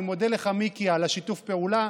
אני מודה לך, מיקי, על שיתוף הפעולה,